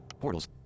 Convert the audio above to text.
Portals